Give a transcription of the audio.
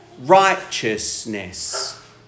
righteousness